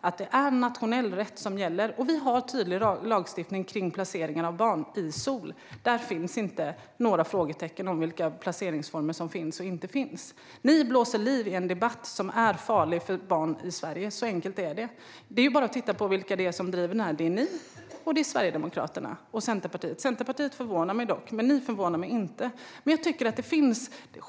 att det är nationell rätt som gäller, och vi har tydlig lagstiftning om placering av barn i SoL. Där finns inte några frågetecken om vilka placeringsformer som finns och inte finns. Ni underblåser en debatt som är farlig för barn i Sverige; så enkelt är det. Det är bara att titta på vilka som driver det här. Det är ni, och det är Sverigedemokraterna och Centerpartiet. Centerpartiet förvånar mig, men ni förvånar mig inte.